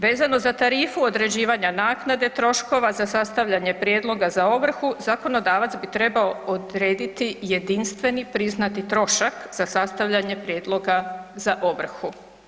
Vezano za tarifu određivanja naknade troškova za sastavljanje prijedloga za ovrhu, zakonodavac bi trebao odrediti jedinstveni priznati trošak za sastavljanje prijedloga za ovrhu.